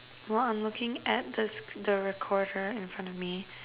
well I'm looking at this the recorder in front of me